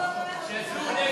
צריך לעבוד.